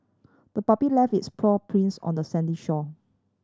the puppy left its paw prints on the sandy shore